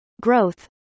growth